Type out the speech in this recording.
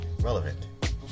relevant